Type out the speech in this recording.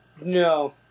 No